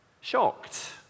shocked